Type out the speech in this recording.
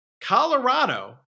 Colorado